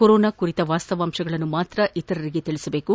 corona ಕುರಿತ ವಾಸ್ತವಾಂಶಗಳನ್ನು ಮಾತ್ರ ಇತರರಿಗೆ ತಿಳಿಸಬೇಕು